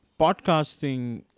podcasting